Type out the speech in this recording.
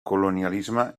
colonialisme